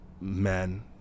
men